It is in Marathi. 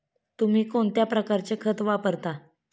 तुम्ही कोणत्या प्रकारचे खत वापरता?